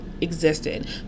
existed